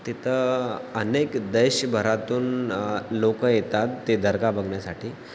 तिथं अनेक देशभरातून लोक येतात ते दर्गा बघण्यासाठी